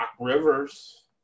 Rivers